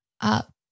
up